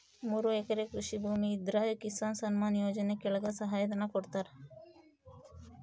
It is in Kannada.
ಮೂರು ಎಕರೆ ಕೃಷಿ ಭೂಮಿ ಇದ್ರ ಕಿಸಾನ್ ಸನ್ಮಾನ್ ಯೋಜನೆ ಕೆಳಗ ಸಹಾಯ ಧನ ಕೊಡ್ತಾರ